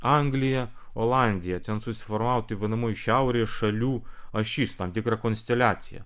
anglija olandija ten susiformavo taip vadinamoji šiaurės šalių ašis tam tikra konsteliacija